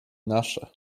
nasze